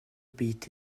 beat